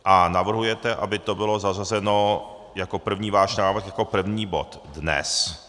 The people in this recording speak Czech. A navrhujete, aby to bylo zařazeno jako první váš návrh jako první bod dnes.